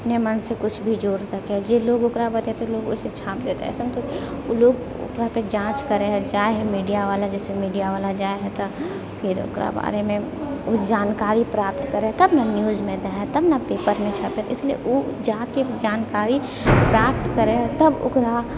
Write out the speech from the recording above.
अपने मोनसँ किछु भी जोड़ि सकै हइ जे लोक ओकरा बतेतै लोक वइसे छापि देतै अइसन थोड़ी ओ लोक ओकरापर जाँच करै हइ जाइ हइ मीडियावला जइसे मीडियावला जाइ हइ तऽ फेर ओकरा बारेमे ओ जानकारी प्राप्त करै हइ तब ने न्यूजमे दै हइ तब ने पेपरमे छपै हइ इसलिए ओ जाकऽ जानकारी प्राप्त करै हइ तब ओकरा